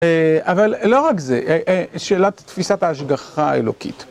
אבל לא רק זה, שאלת תפיסת ההשגחה האלוקית.